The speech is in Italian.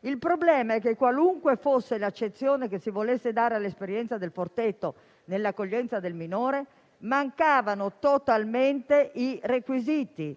Il problema è che qualunque fosse l'accezione che si volesse dare all'esperienza del Forteto nell'accoglienza del minore, mancavano totalmente i requisiti*.*